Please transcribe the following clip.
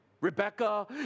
Rebecca